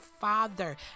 father